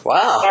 Wow